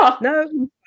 no